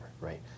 right